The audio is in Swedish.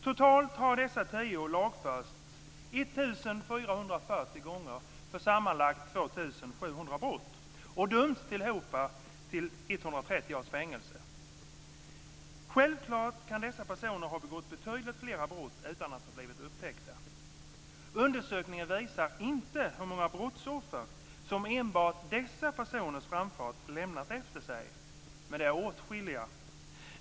Totalt har dessa tio lagförts 1 440 gånger för sammanlagt 2 700 brott och dömts tillhopa till 130 års fängelse. Självklart kan dessa personer ha begått betydligt flera brott utan att ha blivit upptäckta. Undersökningen visar inte hur många brottsoffer som enbart dessa personers framfart lämnat efter sig, men det är åtskilliga.